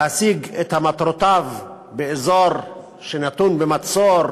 להשיג את מטרותיו באזור שנתון במצור,